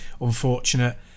unfortunate